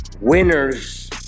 Winners